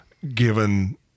Given